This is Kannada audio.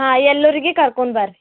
ಹಾಂ ಎಲ್ಲೋರಿಗಿ ಕರ್ಕೊಂಡು ಬರ್ರಿ